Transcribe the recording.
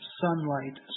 sunlight